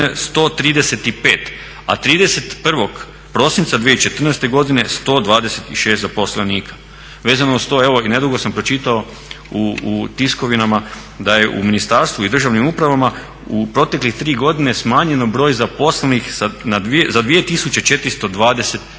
135, a 31. prosinca 2014. godine 126 zaposlenika. Vezano uz to evo i nedugo sam pročitao u tiskovinama da je u ministarstvu i državnim upravama u proteklih tri godine smanjen broj zaposlenih za 2420